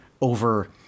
over